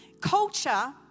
culture